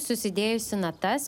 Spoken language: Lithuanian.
susidėjusi natas